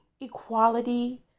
equality